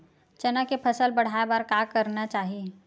चना के फसल बढ़ाय बर का करना चाही?